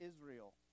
Israel